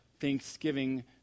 thanksgiving